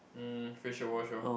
um facial wash hor